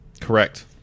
Correct